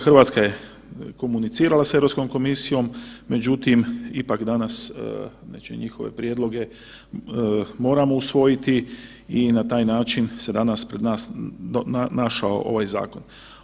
RH je komunicirala s Europskom komisijom, međutim ipak danas znači njihove prijedloge moramo usvojiti i na taj način se danas pred nas našao ovaj zakon.